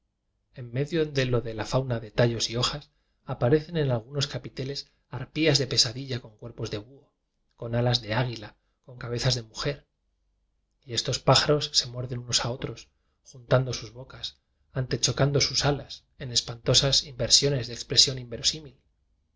en medio de lo de la fauna de tallos y hojas aparecen en algunos capiteles harpías de pesadilla con cuerpos de buho con alas de águila con cabezas de mujer y estos pájaros se muerden unos a otros juntando sus bocas antechocando sus alas en espantosas in versiones de expresión inverosímil